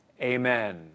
Amen